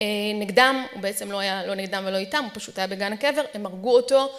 נגדם, הוא בעצם לא היה לא נגדם ולא איתם, הוא פשוט היה בגן הקבר, הם הרגו אותו.